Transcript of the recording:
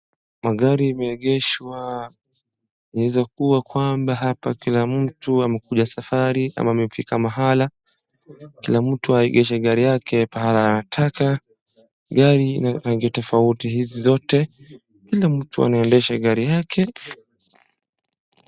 Magari imeegeshwa. Yaweza kuwa hapa kila mtu amekuja safari ama amefika mahala kila mtu aegeshe gari yake pahala anataka. Gari ana rangi tofauti hizi zote. Kila mtu anaendesha gari yake.